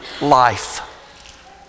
life